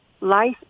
life